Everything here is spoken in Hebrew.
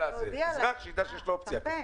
שאזרח ידע שיש לו אופציה כזאת.